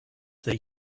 that